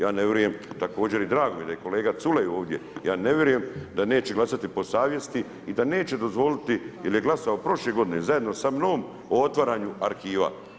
Ja ne vjerujem, također i drago mi je da je kolega Culej ovdje, ja ne vjerujem da neće glasati po savjesti i da neće dozvoliti jer je glasao prošle godine, zajedno samnom o otvaranju arhiva.